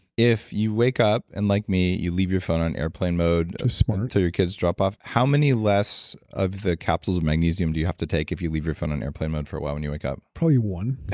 if you wake up and like me, you leave your phone on airplane mode ah so until your kids drop off, how many less of the capsules of magnesium do you have to take if you leave your phone on airplane mode for a while and you wake up? probably one